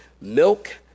Milk